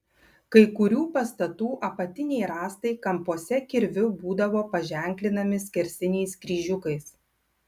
kai kurių pastatų apatiniai rąstai kampuose kirviu būdavo paženklinami skersiniais kryžiukais